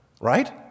right